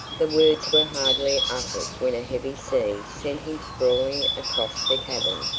the words were hardly uttered when a heavy sea sent him sprawling across the cabin,